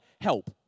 help